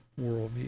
worldview